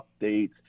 updates